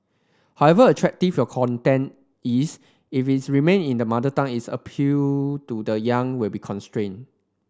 however attractive your content is if it remain in the mother tongue its appeal to the young will be constrained